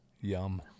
Yum